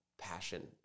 passion